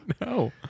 No